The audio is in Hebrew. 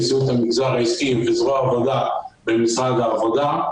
נשיאות המגזר העסקי וזרוע העבודה במשרד העבודה.